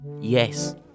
Yes